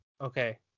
Okay